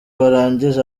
barangije